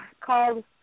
called